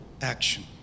action